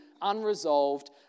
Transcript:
unresolved